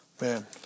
Man